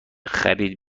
خرید